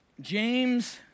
James